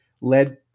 led